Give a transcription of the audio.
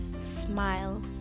smile